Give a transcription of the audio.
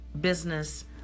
business